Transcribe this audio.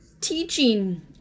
teaching